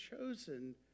chosen